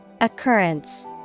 Occurrence